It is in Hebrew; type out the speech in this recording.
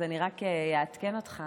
אז אני רק אעדכן אותך